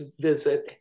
visit